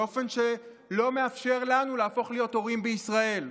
באופן שלא מאפשר לנו להפוך להיות הורים בישראל.